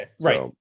right